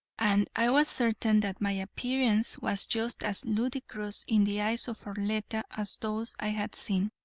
and i was certain that my appearance was just as ludicrous in the eyes of arletta as those i had seen.